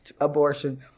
abortion